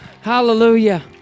Hallelujah